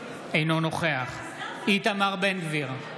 אינו נוכח איתמר בן גביר,